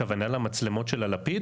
הכוונה למצלמות של הלפיד?